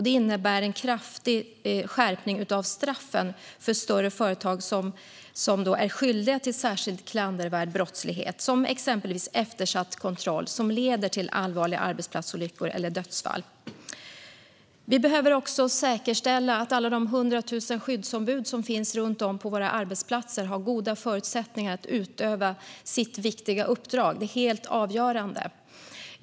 Det innebär en kraftig skärpning av straffen för större företag som gör sig skyldiga till särskilt klandervärd brottslighet, exempelvis eftersatt kontroll som leder till allvarliga arbetsplatsolyckor eller dödsfall. Vi behöver också säkerställa att alla de 100 000 skyddsombud som finns runt om på våra arbetsplatser har goda förutsättningar att utöva sitt viktiga uppdrag. Det är helt avgörande.